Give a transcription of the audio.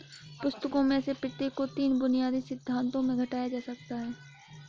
पुस्तकों में से प्रत्येक को तीन बुनियादी सिद्धांतों में घटाया जा सकता है